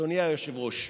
אדוני היושב-ראש,